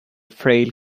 frail